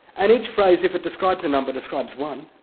and each phrase if it describes a number, describes one,